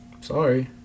Sorry